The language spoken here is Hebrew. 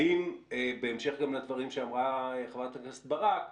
בהמשך לדברים שאמרה חברת הכנסת ברק,